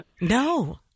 No